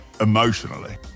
emotionally